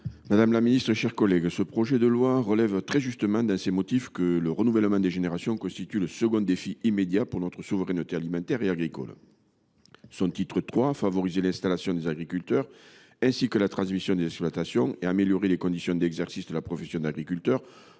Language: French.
dans l’exposé des motifs de ce projet de loi que « le renouvellement des générations constitue le second défi immédiat pour notre souveraineté alimentaire et agricole ». Son titre III, « Favoriser l’installation des agriculteurs ainsi que la transmission des exploitations et améliorer les conditions d’exercice de la profession d’agriculteur